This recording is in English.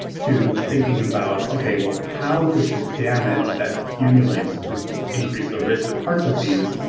to thinking about, okay, well how does the damage that accumulates to increase the risk of heart disease,